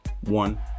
One